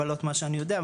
במגבלות מה שאני יודע,